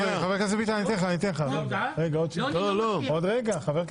לא מסכים.